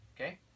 Okay